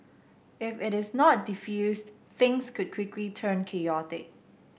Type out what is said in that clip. if it is not defused things could quickly turn chaotic